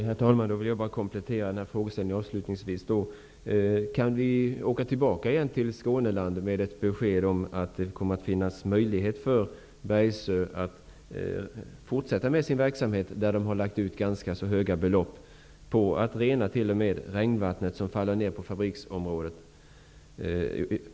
Herr talman! Jag vill bara avslutningsvis komplettera frågan. Kan vi åka tillbaka till Skåneland med ett besked om att det kommer att finnas möjlighet för Bergsöe att fortsätta med sin verksamhet? De har lagt ut ganska höga belopp på att t.o.m. rena det regnvatten som faller ned på fabriksområdet.